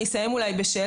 אני אסיים בשאלה,